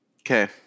Okay